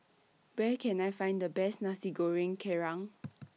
Where Can I Find The Best Nasi Goreng Kerang